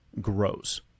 grows